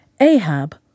Ahab